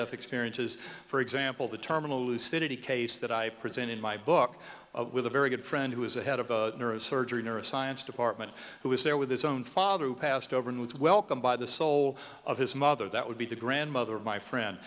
death experiences for example the terminal lucidity case that i present in my book with a very good friend who is the head of the neurosurgery neuroscience department who was there with his own father who passed over and was welcomed by the soul of his mother that would be the grandmother of my friend